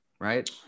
right